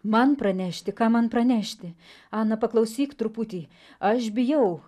man pranešti ką man pranešti ana paklausyk truputį aš bijau